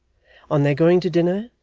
on their going to dinner,